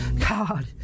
God